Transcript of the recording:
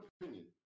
opinion